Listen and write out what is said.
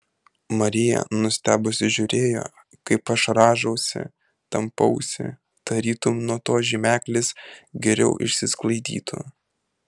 marija nustebusi žiūrėjo kaip aš rąžausi tampausi tarytum nuo to žymeklis geriau išsisklaidytų